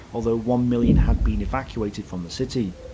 although one million had been evacuated from the city.